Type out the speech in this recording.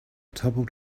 toppled